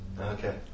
Okay